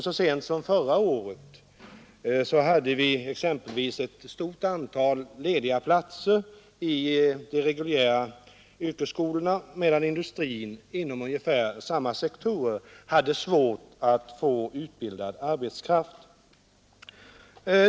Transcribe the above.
Så sent som förra året fanns det ett stort antal lediga platser vid de reguljära yrkesskolorna, samtidigt som industrin inom ungefär samma sektorer hade svårt att få utbildad arbetskraft.